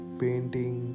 painting